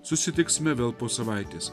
susitiksime vėl po savaitės